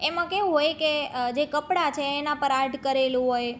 એમાં કેવું હોય કે જે કપડાં છે એનાં પર આર્ટ કરેલું હોય